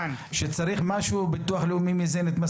כשצריך משהו הביטוח הלאומי מזין את מס